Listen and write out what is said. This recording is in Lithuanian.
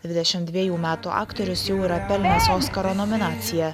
dvidešimt dvejų metų aktorius jau yra pelnęs oskaro nominaciją